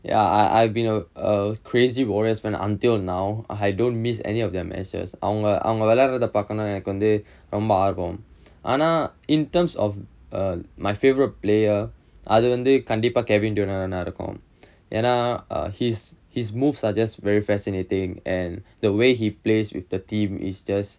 ya I I've been err a crazy warriors fan until now I don't miss any of matches அவங்க அவங்க விளையாடுறத பாக்கனா எனக்கு வந்து ரொம்ப ஆர்வம் ஆனா:avanga avanga vilaiyaduratha paakanaa enakku vanthu romba aarvam aanaa in terms of err my favourite player அது வந்து கண்டிப்பா:athu vanthu kandippa kevin dune இருக்கும் ஏன்னா:irukkum yaennaa his his moves are just very fascinating and the way he plays with the team is just